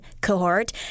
cohort